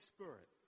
Spirit